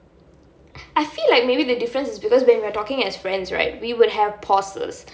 I feel like maybe the difference is because when we are talking as friends right we would have pauses